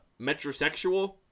metrosexual